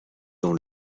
dans